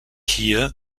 hier